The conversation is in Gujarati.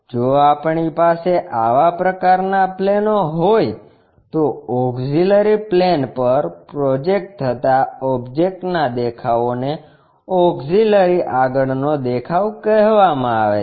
જો આપણી પાસે આવા પ્રકારનાં પ્લેનો હોય તો ઓક્ષીલરી પ્લેન પર પ્રોજેક્ટ થતાં ઓબ્જેક્ટ ના દેખાવો ને ઓક્ષીલરી આગળનો દેખાવ કહેવામાં આવે છે